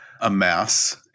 amass